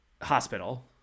Hospital